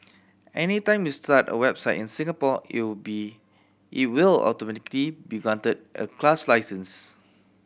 anytime you start a website in Singapore it will be it will automatically be granted a class license